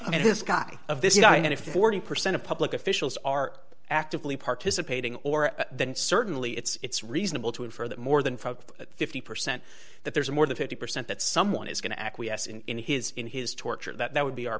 i mean this guy of this guy had a forty percent of public officials are actively participating or than certainly it's reasonable to infer that more than fifty percent that there's more than fifty percent that someone is going to acquiesce in in his in his torture that would be our